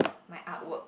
my artwork